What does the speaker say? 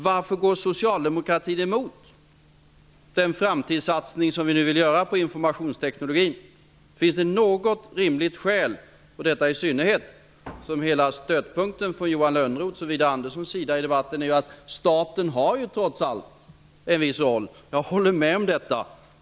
Varför går Socialdemokraterna emot den framtidssatsning som vi nu vill göra på informationsteknologin? Finns det något rimligt skäl, i synnerhet som hela stödpunkten för Johan Lönnroth och Widar Andersson i debatten är att staten trots allt har en viss roll? Jag håller med om detta.